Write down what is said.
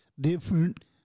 different